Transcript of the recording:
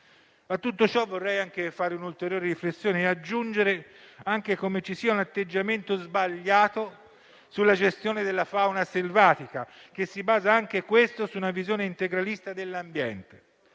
Vorrei però fare un'ulteriore riflessione, aggiungendo come ci sia un atteggiamento sbagliato sulla gestione della fauna selvatica, che si basa anch'esso su una visione integralista dell'ambiente.